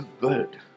good